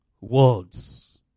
Words